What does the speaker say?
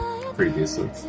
previously